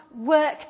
work